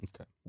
Okay